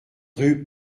rue